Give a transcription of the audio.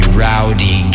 rowdy